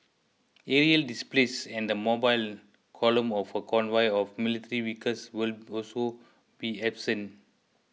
aerial displays and the mobile column of a convoy of military vehicles will also be absent